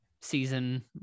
season